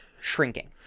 shrinking